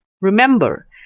Remember